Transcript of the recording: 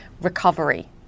recovery